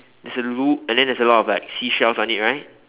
there's a loop and then there's a lot of like seashells on it right